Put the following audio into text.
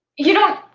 you don't,